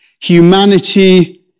humanity